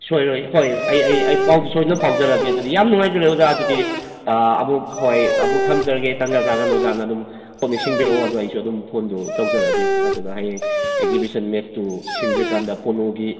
ꯁꯣꯏꯔꯣꯏ ꯍꯣꯏ ꯑꯩ ꯑꯩ ꯑꯩ ꯄꯥꯎꯗꯣ ꯁꯣꯏꯗꯅ ꯐꯥꯎꯖꯔꯛꯑꯒꯦ ꯑꯗꯨꯗꯤ ꯌꯥꯝ ꯅꯨꯡꯉꯥꯏꯖꯔꯦ ꯑꯣꯖꯥ ꯑꯗꯨꯗꯤ ꯑꯃꯨꯛ ꯍꯣꯏ ꯑꯃꯨꯛ ꯊꯝꯖꯔꯒꯦ ꯇꯟꯖꯥ ꯆꯥꯔꯀꯥꯟꯗ ꯑꯣꯖꯥꯅ ꯑꯗꯨꯝ ꯅꯤꯡꯁꯤꯡꯕꯤꯔꯛꯑꯣ ꯑꯗꯣ ꯑꯩꯁꯨ ꯑꯗꯨꯝ ꯐꯣꯟꯗꯣ ꯇꯧꯖꯔꯛꯑꯒꯦ ꯑꯗꯨꯒ ꯍꯌꯦꯡ ꯑꯦꯛꯖꯤꯕꯤꯁꯟ ꯃꯦꯠꯆꯇꯨ ꯁꯤꯟꯗ꯭ꯔꯤꯀꯥꯟꯗ ꯄꯣꯂꯣꯒꯤ